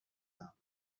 ﺑﻮﺩﻡ